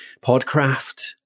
Podcraft